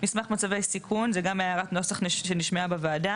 "מסמך מצבי הסיכון" זאת גם הערת נוסח שנשמעה בוועדה